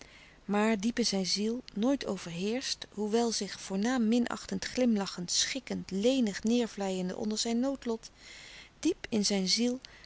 maar diep in zijn ziel nooit overheerscht hoewel zich voornaam minachtend glimlachend schikkend lenig neêrvlijende onder zijn noodlot diep in zijn ziel